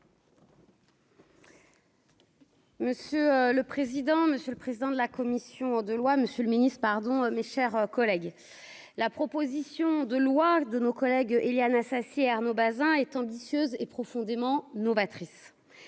Monsieur le président, monsieur le président de la commission de loi Monsieur le Ministre, pardon, mes chers collègues, la proposition de loi de nos collègues, Éliane Assassi Arnaud Bazin est ambitieuse et profondément novatrice,